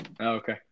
okay